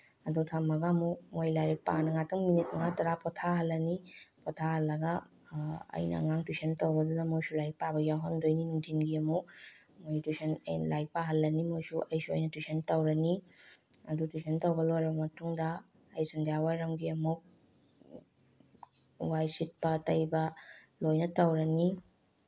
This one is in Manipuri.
ꯑꯗꯨ ꯊꯝꯃꯒ ꯑꯃꯨꯛ ꯃꯣꯏ ꯂꯥꯏꯔꯤꯛ ꯄꯥꯅ ꯉꯥꯇꯪ ꯃꯤꯅꯤꯠ ꯃꯉꯥ ꯇꯔꯥ ꯄꯣꯊꯥꯍꯜꯂꯅꯤ ꯄꯣꯊꯥꯍꯜꯂꯒ ꯑꯩꯅ ꯑꯉꯥꯡ ꯇꯨꯏꯁꯟ ꯇꯧꯕꯗꯨꯗ ꯃꯣꯏꯁꯨ ꯂꯥꯏꯔꯤꯛ ꯄꯥꯕ ꯌꯥꯎꯍꯟꯗꯣꯏꯅꯤ ꯅꯨꯡꯊꯤꯟꯒꯤ ꯑꯃꯨꯛ ꯃꯣꯏ ꯇꯨꯏꯁꯟ ꯑꯩꯅ ꯂꯥꯏꯔꯤꯛ ꯄꯥꯍꯜꯂꯅꯤ ꯃꯣꯏꯁꯨ ꯑꯩꯁꯨ ꯑꯩꯅ ꯇꯨꯏꯁꯟ ꯇꯧꯔꯅꯤ ꯑꯗꯨ ꯇꯨꯏꯁꯟ ꯇꯧꯕ ꯂꯣꯏꯔꯕ ꯃꯇꯨꯡꯗ ꯑꯩ ꯁꯟꯗ꯭ꯌꯥ ꯋꯥꯏꯔꯝꯒꯤ ꯑꯃꯨꯛ ꯋꯥꯏ ꯁꯤꯠꯄ ꯇꯩꯕ ꯂꯣꯏꯅ ꯇꯧꯔꯅꯤ